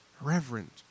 reverent